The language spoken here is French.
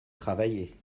travailler